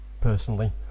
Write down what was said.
personally